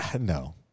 no